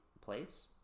place